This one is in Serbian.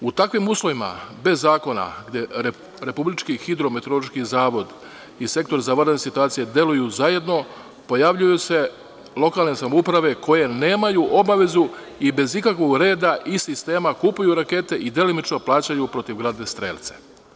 U takvim uslovima, bez zakona, gde RHMZ i Sektor za vanredne situacije deluju zajedno, pojavljuju se lokalnesamouprave koje nemaju obavezu i bez ikakvog reda i sistema kupuju rakete i delimično plaćaju protivgradne strelce.